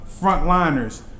frontliners